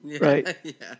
Right